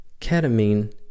Ketamine